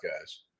guys